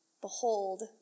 behold